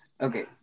Okay